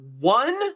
one